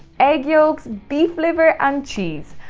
egg yolks, beef liver and cheese.